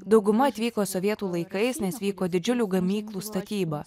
dauguma atvyko sovietų laikais nes vyko didžiulių gamyklų statyba